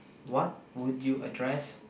what would you address